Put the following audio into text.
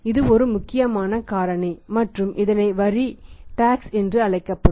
இது ஒரு முக்கியமான காரணி மற்றும் இதனை வரி என்று அழைக்கப்படும்